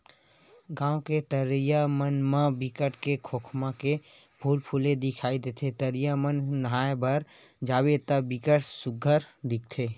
गाँव के तरिया मन म बिकट के खोखमा के फूल फूले दिखई देथे, तरिया म नहाय बर जाबे त बिकट सुग्घर दिखथे